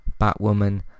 Batwoman